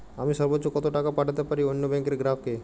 আমি সর্বোচ্চ কতো টাকা পাঠাতে পারি অন্য ব্যাংকের গ্রাহক কে?